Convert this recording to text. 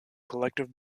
collective